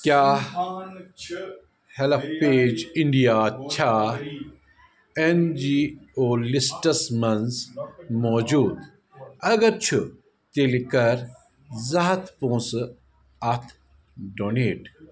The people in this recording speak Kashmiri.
کیٛاہ ہیٚلپیج اِنٛڈیا چھا این جی او لسٹَس منٛز موجوٗد اگر چھُ تیٚلہِ کَر زٕ ہَتھ پونٛسہٕ اَتھ ڈونیٹ